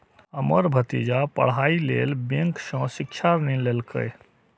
हमर भतीजा पढ़ाइ लेल बैंक सं शिक्षा ऋण लेलकैए